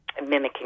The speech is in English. mimicking